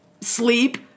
sleep